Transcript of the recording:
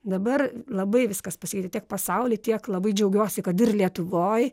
dabar labai viskas pasikeitė tiek pasauly tiek labai džiaugiuosi kad ir lietuvoj